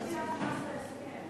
האם גביית מס זה הסכם?